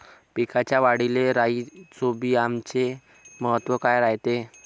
पिकाच्या वाढीले राईझोबीआमचे महत्व काय रायते?